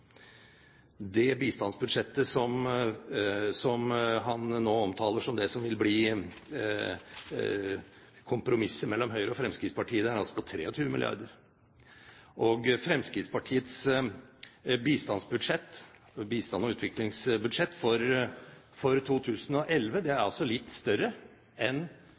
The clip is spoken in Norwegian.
Det bistandsbudsjettet som han nå omtaler som det som vil bli kompromisset mellom Høyre og Fremskrittspartiet, er på 23 mrd. kr. Fremskrittspartiets bistands- og utviklingsbudsjett for 2011 er altså litt større enn